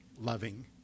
loving